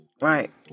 right